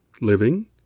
living